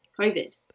COVID